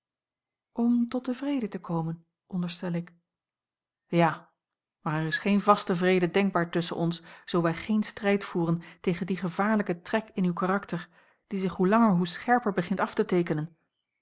om tot den vrede te komen onderstel ik ja maar er is geen vaste vrede denkbaar tusschen ons zoo wij geen strijd voeren tegen dien gevaarlijken trek in uw karaka l g bosboom-toussaint langs een omweg ter die zich hoe langer hoe scherper begint af te teekenen